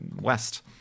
west